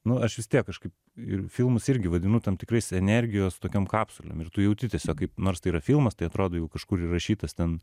nu aš vis tiek kažkaip ir filmus irgi vadinu tam tikrais energijos tokiom kapsulėm ir tu jauti tiesiog kaip nors tai yra filmas tai atrodo jau kažkur įrašytas ten